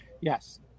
Yes